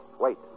wait